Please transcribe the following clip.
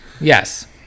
Yes